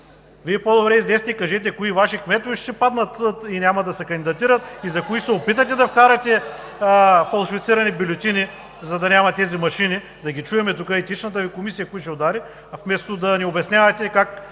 Вие по-добре излезте и кажете кои Ваши кметове ще паднат и няма да се кандидатират и за кои се (шум и реплики) опитахте да вкарате фалшифицирани бюлетини, за да ги няма тези машини. Да чуем тук – етичната Ви комисия кои ще удари, вместо да ни обяснявате как